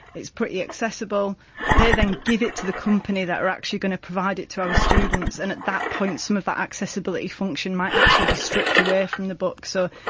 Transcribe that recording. it's pretty accessible but they then give it to the company that are actually going to provide it to our students and at that point some of that accessibility function might actually be stripped away from the book. so,